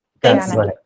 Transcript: Thanks